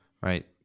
Right